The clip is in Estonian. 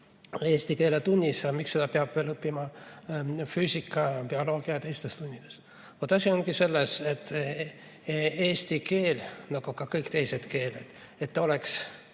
eesti keele tunnis, miks seda peab veel õppima füüsika-, bioloogia- ja teistes tundides. Vaat asi ongi selles, et eesti keel, nagu ka kõik teised keeled, et ta oleks